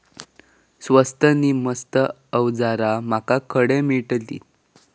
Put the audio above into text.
स्वस्त नी मस्त अवजारा माका खडे मिळतीत?